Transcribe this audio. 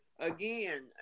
Again